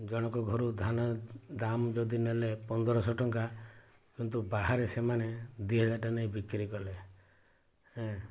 ଜଣଙ୍କ ଘରୁ ଧାନ ଦାମ ଯଦି ନେଲେ ପନ୍ଦରଶହ ଟଙ୍କା କିନ୍ତୁ ବାହାରେ ସେମାନେ ଦୁଇ ହଜାର ଟଙ୍କା ନେଇ ବିକ୍ରି କଲେ ଏଁ